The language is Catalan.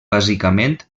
bàsicament